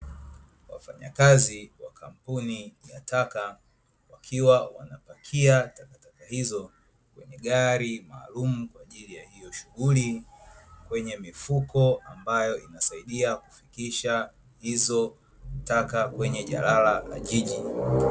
Wafanyakazi wa kampuni ya taka wakiwa wanapakia takataka hizo kwenye gari maalumu kwa ajili ya hiyo shughuli, kwenye mifuko ambayo inayosaidia kufikisha hizo taka kwenye jalala la jiji.